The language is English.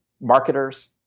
marketers